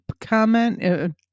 comment